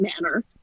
manner